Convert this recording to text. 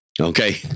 Okay